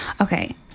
Okay